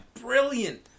Brilliant